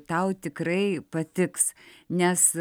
tau tikrai patiks nes